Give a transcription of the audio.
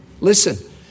listen